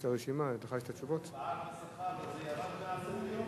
נושא הפערים בשכר ירד מסדר-היום,